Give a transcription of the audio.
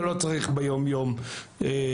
אתה לא צריך ביום-יום בנק,